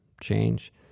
change